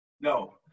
No